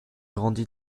grandit